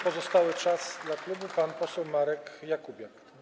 Pozostały czas dla klubu - pan poseł Marek Jakubiak.